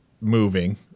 moving